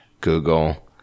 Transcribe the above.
Google